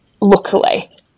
luckily